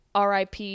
RIP